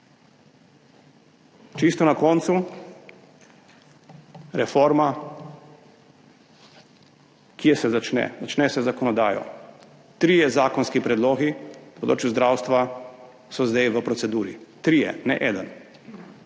Čisto na koncu, reforma – kje se začne? Začne se z zakonodajo. Trije zakonski predlogi na področju zdravstva so zdaj v proceduri, trije, ne eden.